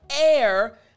air